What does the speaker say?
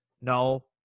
No